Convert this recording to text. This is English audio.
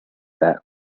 that